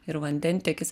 ir vandentiekis